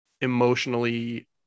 emotionally